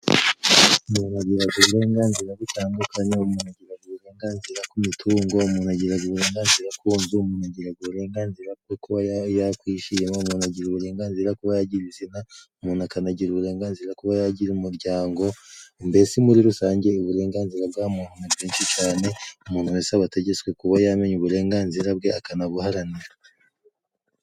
Umuntu agiraga uburenganzira butandukanye, umuntu agiraga uburenganzira ku mitungo, umuntu agiraga uburenganzira ku nzu, umuntu agiraga uburenganzira bwo kuba yakwishima, umuntu agira uburenganzira kuba yagira izina, umuntu akanagira uburenganzira kuba yagira umuryango, mbese muri rusange uburenganzira bwa muntu ni bwinshi cyane, umuntu wese aba ategetswe kuba yamenya uburenganzira bwe akanabuharanira.